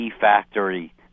factory